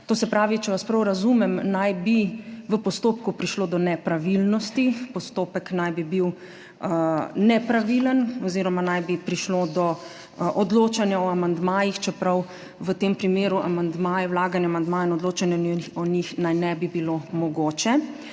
To se pravi, če vas prav razumem, naj bi v postopku prišlo do nepravilnosti. Postopek naj bi bil nepravilen oziroma naj bi prišlo do odločanja o amandmajih, čeprav v tem primeru amandmajev, vlaganje amandmajev in odločanje o njih naj ne bi bilo mogoče;